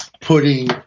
putting